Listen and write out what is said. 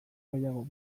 gehiago